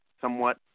somewhat